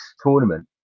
tournament